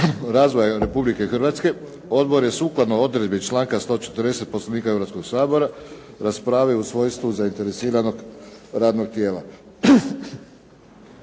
razvoja Republike Hrvatske odbor je sukladno odredbi članka 140. Poslovnika Hrvatskog sabora raspravio u svojstvu zainteresiranog radnog tijela.